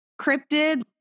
cryptid